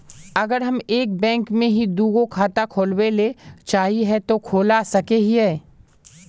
अगर हम एक बैंक में ही दुगो खाता खोलबे ले चाहे है ते खोला सके हिये?